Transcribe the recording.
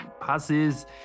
Passes